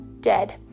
dead